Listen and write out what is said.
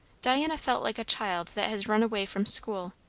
diana felt like a child that has run away from school,